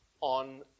on